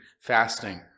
fasting